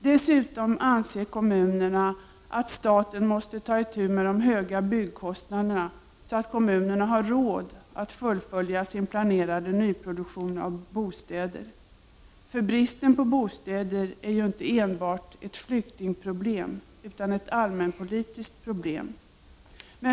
Dessutom anser kommunerna att staten måste ta itu med de höga byggkostnaderna, så att kommunerna har råd att fullfölja sin planerade nyproduktion av bostäder. Bristen på bostäder är ju inte enbart ett flyktingproblem utan ett allmänpolitiskt problem.